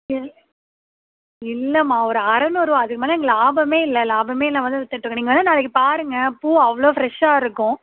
இல் இல்லைமா ஒரு அறுநூறுவா அதுக்குமேலே எங் லாபமே இல்லை லாபமே இல்லாமல் தான் விற்றுட்ருக்கோம் நீங்கள் வேணா நாளைக்கு பாருங்கள் பூ அவ்வளோ ஃப்ரெஷ்ஷாக இருக்கும்